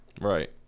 right